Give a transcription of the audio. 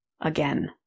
again